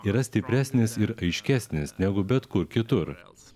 yra stipresnis ir aiškesnis negu bet kur kitur